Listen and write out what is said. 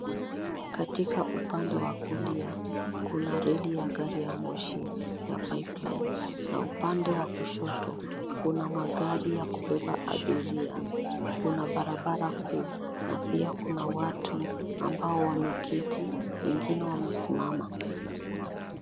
Katika upande wa kulia kuna reli ya gari ya moshi ya Pipeline na upande wa kushoto kuna magari ya kubeba abiria, kuna barabara kuu na pia kuna watu ambao wameketi, wengine wamesimama.